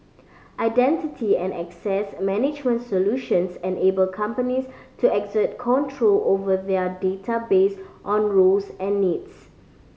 identity and access management solutions enable companies to exert control over their data based on roles and needs